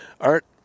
Art